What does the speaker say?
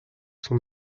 son